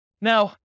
Now